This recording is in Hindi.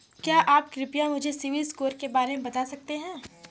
क्या आप कृपया मुझे सिबिल स्कोर के बारे में बता सकते हैं?